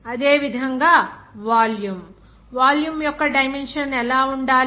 అదేవిధంగా volume volume యొక్క dimension ఎలా ఉండాలి